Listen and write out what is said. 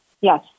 Yes